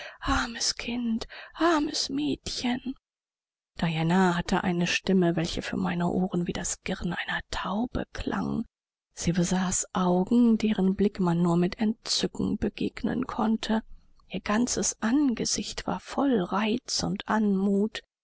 armes kind armes mädchen diana hatte eine stimme welche für mein ohr wie das girren einer taube klang sie besaß augen deren blick man nur mit entzücken begegnen konnte ihr ganzes angesicht war voll reiz und anmut